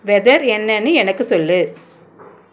weather என்னனு எனக்கு சொல்லு